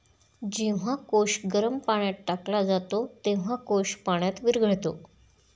जेव्हा कोश गरम पाण्यात टाकला जातो, तेव्हा कोश पाण्यात विरघळतो